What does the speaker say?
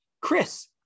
Chris